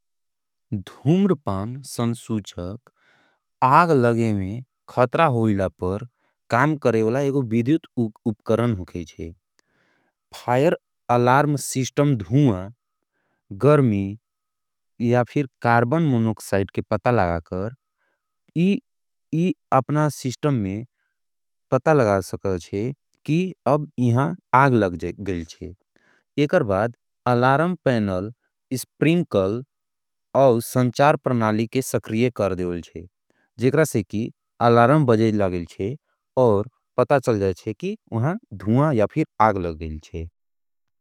धूम्रपान संसुचक, आग लगे में खत्रा होईला पर काम करेवला एक विद्यूत उपकरन होगई जेए। फायर अलार्म सिस्टम धूमा, गर्मी या फिर कार्बन मोनोकसाइट के पता लगा कर इ अपना सिस्टम में पता लगा सकते हैं कि अब इहां आग लग गेल थे। एकर बाद अलार्म पैनल, स्प्रिंकल और संचार प्रनाली के सक्रिय कर देवल जे, जेकर से कि अलार्म बजेज लगेल चे और पता चल जाये चे कि उहां धूमा या फिर आग लगेल चे।